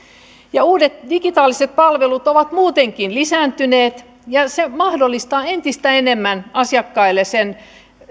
uudet digitaaliset palvelut ovat muutenkin lisääntyneet ja se mahdollistaa entistä enemmän asiakkaille sen